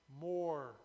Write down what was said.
more